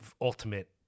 ultimate